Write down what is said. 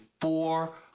four